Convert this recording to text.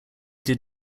did